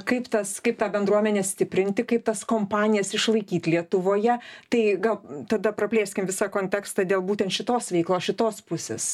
kaip tas kaip tą bendruomenę stiprinti kaip tas kompanijas išlaikyt lietuvoje tai gal tada praplėskim visą kontekstą dėl būtent šitos veiklos šitos pusės